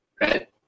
right